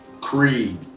Creed